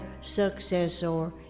successor